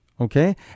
okay